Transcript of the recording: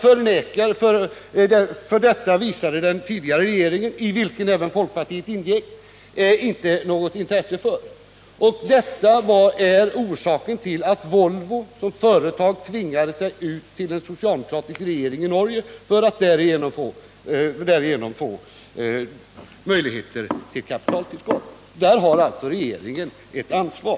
För detta visade emellertid den tidigare regeringen, i vilken även folkpartiet ingick, inte något intresse. Och detta är orsaken till att Volvo som företag tvingades vända sig till den socialdemokratiska regeringen i Norge för att få kapitaltillskott. Här har regeringen alltså ett ansvar.